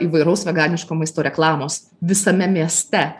įvairaus veganiško maisto reklamos visame mieste